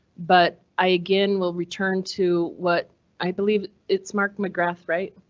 but i again will return to what i believe. it's mark mcgrath, right?